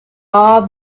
all